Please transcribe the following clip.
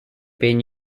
been